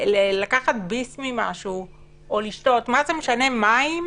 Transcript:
לקחת ביס ממשהו או לשתות מה זה משנה מים,